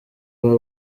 baba